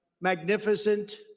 magnificent